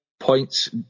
points